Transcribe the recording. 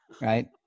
right